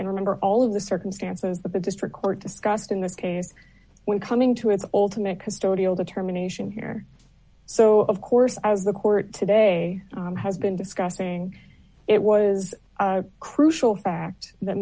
and remember all of the circumstances that the district court discussed in this case when coming to its ultimate custodial determination here so of course i was the court today has been discussing it was crucial fact that